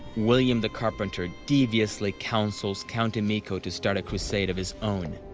william the carpenter deviously counsels count emicho to start a crusade of his own.